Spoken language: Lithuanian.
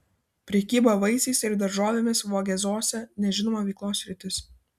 prekyba vaisiais ir daržovėmis vogėzuose nežinoma veiklos sritis